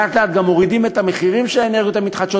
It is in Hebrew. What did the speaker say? לאט-לאט גם מורידים את המחירים של האנרגיות המתחדשות,